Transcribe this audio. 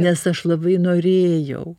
nes aš labai norėjau